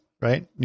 right